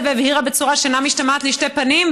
והבהירה בצורה שאינה משתמעת לשתי פנים,